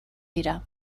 dira